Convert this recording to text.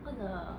不能